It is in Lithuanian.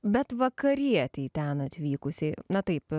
bet vakarietei ten atvykusiai na taip